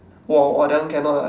!wow! !wah! that one cannot ah